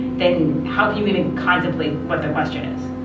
then how can you even contemplate what the question is?